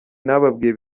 nababwiye